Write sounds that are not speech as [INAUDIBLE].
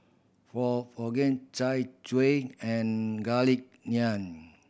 for [UNINTELLIGIBLE] chai [UNINTELLIGIBLE] and Garlic Naan